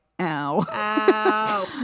Ow